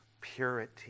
purity